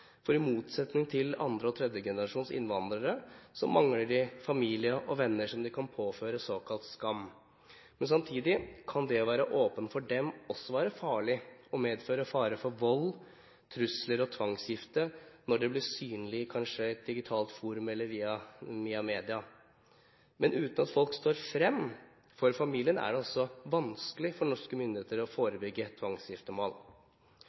asylsøkere. I motsetning til andre- og tredjegenerasjons innvandrere mangler de familie og venner som de kan påføre såkalt skam. Samtidig kan det å være åpen for dem også være farlig og medføre fare for vold, trusler og tvangsgifte når det blir synlig, kanskje i et digitalt forum eller via media. Men uten at folk står frem, er det vanskelig for norske myndigheter å